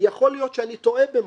יכול להיות שאני טועה במשהו,